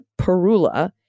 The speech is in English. perula